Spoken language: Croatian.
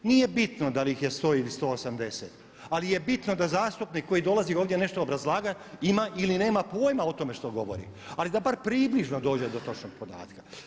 Nije bitno da li ih je 100 ili 180 ali je bitno da zastupnik koji dolazi ovdje nešto obrazlagati ima ili nema pojma o tome što govori ali da bar približno dođe do točnog podatka.